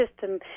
system